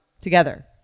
together